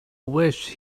wished